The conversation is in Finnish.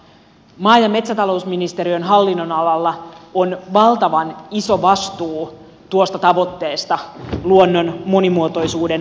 maa ja metsätalousministeriön hallinnonalalla on valtavan iso vastuu tuosta tavoitteesta luonnon monimuotoisuuden säilymisestä